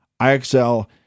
IXL